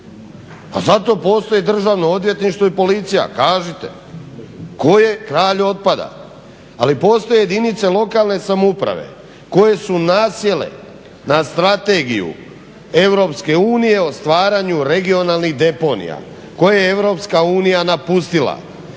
Pa zato postoji Državno odvjetništvo i policija, kažite, tko je kralj otpada. Ali postoje jedinice lokalne samouprave koje su nasjele na Strategije EU o stvaranju regionalnih deponija koje je EU napustila